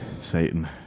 Satan